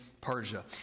Persia